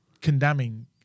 condemning